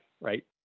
right